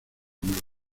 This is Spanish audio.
nuevo